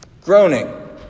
Groaning